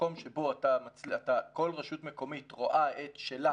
במקום שבו כל רשות מקומית רואה את שלה